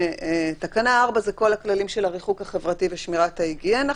תקנה 4 זה כל הכללים של הריחוק החברתי ושמירת ההיגיינה,